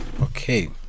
Okay